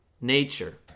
nature